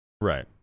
right